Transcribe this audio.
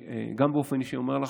גם באופן אישי אני אומר לך,